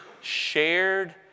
shared